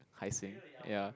Hai-Sing ya